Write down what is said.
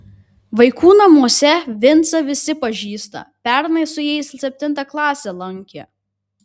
vaikų namuose vincą visi pažįsta pernai su jais septintą klasę lankė